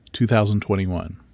2021